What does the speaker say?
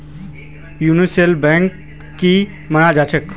universal banker की मानना छ